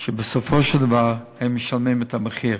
ובסופו של דבר הם משלמים את המחיר.